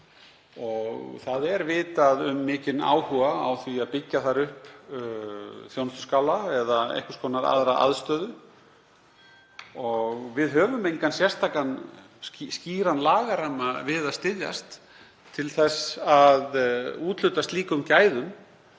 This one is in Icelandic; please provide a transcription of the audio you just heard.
og vitað er um mikinn áhuga á því að byggja þar upp þjónustuskála eða einhvers konar aðra aðstöðu. Við höfum engan sérstakan skýran lagaramma við að styðjast til þess að úthluta slíkum gæðum